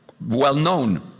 well-known